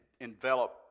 envelop